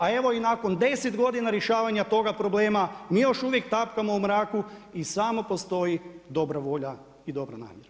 A evo i nakon 10 godina rješavanja toga problema mi još uvijek tapkamo u mraku i samo postoji dobra volja i dobra namjera.